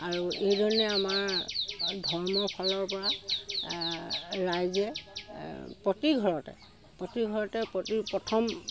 আৰু এইধৰণে আমাৰ ধৰ্ম ফালৰ পৰা ৰাইজে প্ৰতিঘৰতে প্ৰতিঘৰতে প্ৰতি প্ৰথম